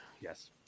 Yes